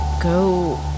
go